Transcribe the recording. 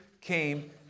came